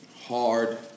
hard